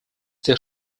der